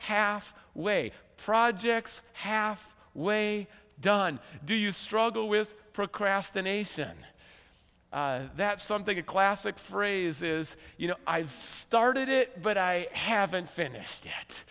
half way projects half way done do you struggle with procrastination that's something a classic phrase is you know i've started it but i haven't finished yet